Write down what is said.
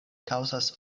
kaŭzas